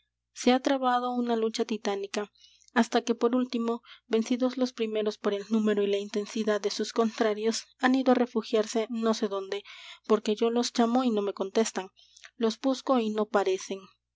se ha trabado una lucha titánica hasta que por último vencidos los primeros por el número y la intensidad de sus contrarios han ido á refugiarse no sé dónde porque yo los llamo y no me contestan los busco y no parecen